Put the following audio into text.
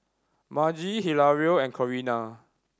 Margie Hilario and Corinna